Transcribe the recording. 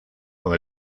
con